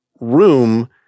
room